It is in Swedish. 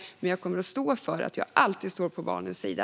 Men jag kommer att stå för att jag alltid står på barnens sida.